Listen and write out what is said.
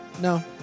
no